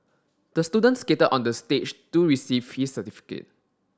the students skated on the stage to receive his certificate